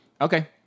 Okay